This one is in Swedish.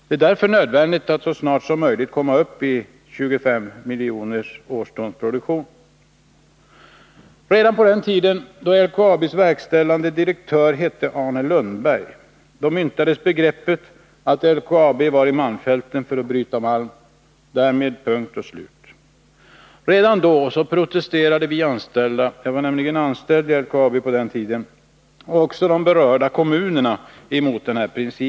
Det är därför nödvändigt att så snart som möjligt komma upp till en Nr 48 produktion av 25 miljoner årston. Torsdagen den Redan på den tiden då LKAB:s verkställande direktör hette Arne 10 december 1981 Lundberg myntades begreppet att LKAB var i malmfälten för att bryta malm. Därmed punkt och slut. Redan då protesterade vi — jag var nämligen Kapitaltillskott anställd vid LKAB på den tiden — och även berörda kommuner mot denna = fill vissa statliga princip.